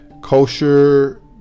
kosher